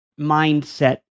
mindset